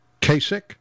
Kasich